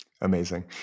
amazing